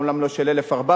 אומנם לא של 1,400,